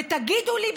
ותגידו לי,